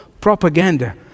propaganda